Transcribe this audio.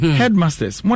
headmasters